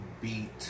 beat